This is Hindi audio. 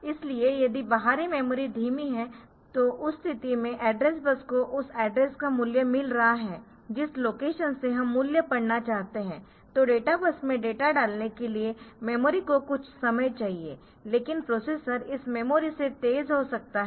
इसलिए यदि बाहरी मेमोरी धीमी है तो उस स्थिति में एड्रेस बस को उस एड्रेस का मूल्य मिल रहा है जिस लोकेशन से हम मूल्य पढ़ना चाहते है तो डेटा बस में डेटा डालने के लिए मेमोरी को कुछ समय चाहिए लेकिन प्रोसेसर इस मेमोरी से तेज हो सकता है